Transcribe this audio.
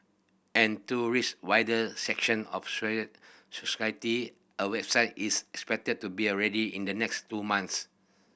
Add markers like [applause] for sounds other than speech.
and to reach wider section of [unintelligible] society a website is expected to be already in the next two months